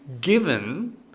given